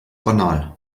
banal